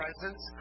presence